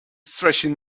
stretching